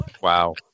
Wow